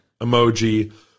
emoji